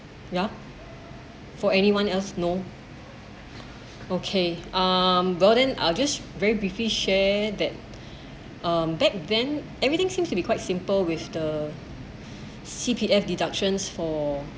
ya for anyone else no okay um got in I just very briefly share that um back then everything seems to be quite simple with the C_P_F deductions for